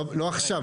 עכשיו.